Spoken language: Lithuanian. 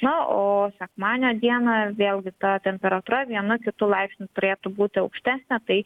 na o sekmadienio dieną vėlgi ta temperatūra vienu kitu laipsniu turėtų būti aukštesnė tai